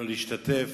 לא להשתתף.